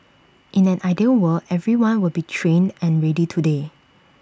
in an ideal world everyone will be trained and ready today